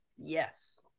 Yes